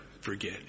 forget